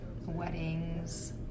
Weddings